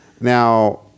Now